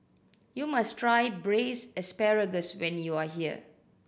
you must try Braised Asparagus when you are here